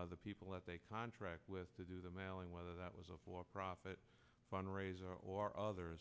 with the people that they contract with to do the mailing whether that was a for profit fundraiser or other